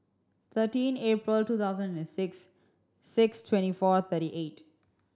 thirteen April two thousand and six six twenty four thirty eight